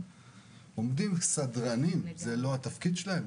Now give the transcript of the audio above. עומדים כסדרנים כשזה לא התפקיד שלהם.